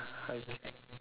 okay